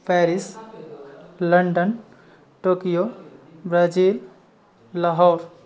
Paris London Tokyo Brazil Lahore